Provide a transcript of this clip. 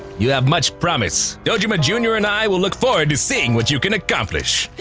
you have much promise. dojima jr. and i will look forward to seeing what you can accomplish.